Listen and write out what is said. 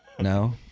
No